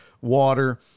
water